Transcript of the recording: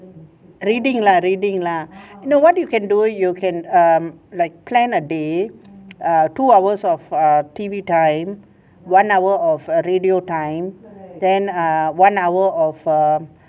reading lah reading lah no what do you can do you can um like plan a day err two hours of err T_V time one hour of err radio time then err one hour of for